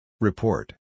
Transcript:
Report